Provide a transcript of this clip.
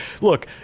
look